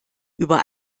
über